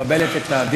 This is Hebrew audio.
מקבלת את הדין?